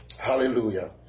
Hallelujah